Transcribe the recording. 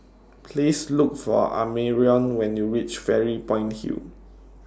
Please Look For Amarion when YOU REACH Fairy Point Hill